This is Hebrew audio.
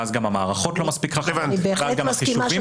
ואז המערכות לא מספיק חכמות וכך גם החישובים